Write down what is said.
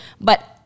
But-